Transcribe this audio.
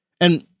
And-